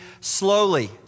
slowly